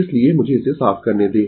इसलिए मुझे इसे साफ करने दें